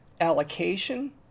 allocation